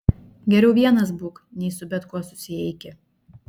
geriau vienas būk nei su bet kuo susieiki